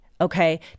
okay